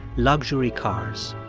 luxury cars.